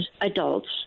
adults